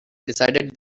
decided